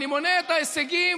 אני מונה את ההישגים